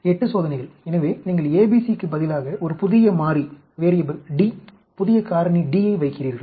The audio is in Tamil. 8 சோதனைகள் எனவே நீங்கள் ABC க்குப் பதிலாக ஒரு புதிய மாறி D புதிய காரணி D ஐ வைக்கிறீர்கள்